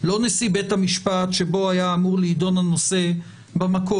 לא נשיא בית המשפט שבו היה אמור להידון הנושא במקור,